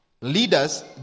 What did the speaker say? leaders